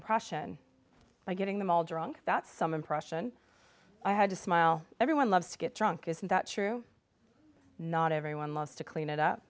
impression by getting them all drunk that some impression i had to smile everyone loves to get drunk isn't that true not everyone loves to clean it up